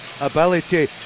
ability